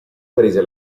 prese